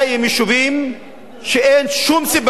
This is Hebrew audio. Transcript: הם יישובים שאין שום סיבה,